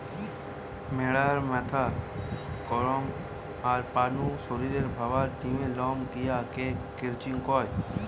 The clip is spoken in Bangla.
ম্যাড়ার মাথা, কমর, আর পা নু শরীরের ভালার জিনে লম লিয়া কে ক্রচিং কয়